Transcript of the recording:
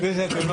גברתי